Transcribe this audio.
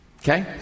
okay